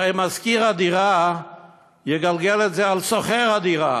הרי משכיר הדירה יגלגל את זה על שוכר הדירה.